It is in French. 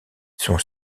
son